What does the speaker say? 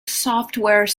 software